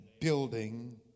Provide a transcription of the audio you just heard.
building